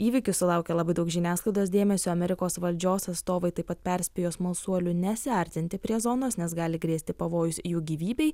įvykis sulaukė labai daug žiniasklaidos dėmesio amerikos valdžios atstovai taip pat perspėjo smalsuolių nesiartinti prie zonos nes gali grėsti pavojus jų gyvybei